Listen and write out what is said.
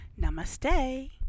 Namaste